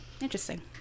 Interesting